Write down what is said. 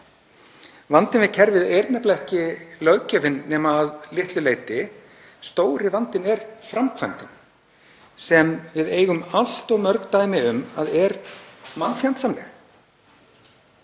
Vandinn við kerfið er nefnilega ekki löggjöfin nema að litlu leyti. Stóri vandinn er framkvæmdin sem við eigum allt of mörg dæmi um að sé mannfjandsamleg.